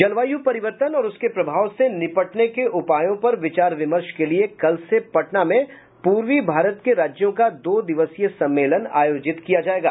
जलवायू परिवर्तन और उसके प्रभाव से निपटने के उपायों पर विचार विमर्श के लिए कल से पटना में पूर्वी भारत के राज्यों का दो दिवसीय सम्मेलन आयोजित किया जायेगा